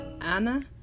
anna